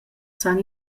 san